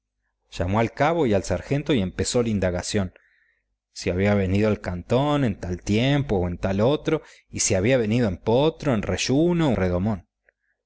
llamó al cabo y al sargento y empezó la indagación si había venido al cantón en tal tiempo o en tal otro y si había venido en potro en reyuno